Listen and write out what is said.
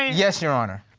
ah yes, your honor.